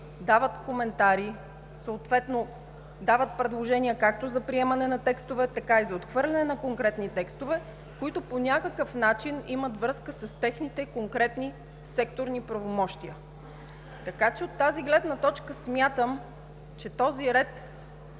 дават коментари, съответно дават предложения както за приемане на текстове, така и за отхвърляне на конкретни текстове, които по някакъв начин имат връзка с техните конкретни секторни правомощия. От тази гледна точка смятам, че този ред